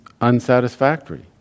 unsatisfactory